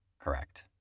Correct